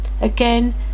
Again